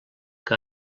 que